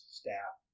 staff